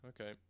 Okay